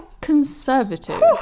conservative